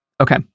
Okay